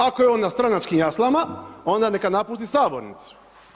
Ako je on na stranačkim jaslama onda neka napusti sabornicu.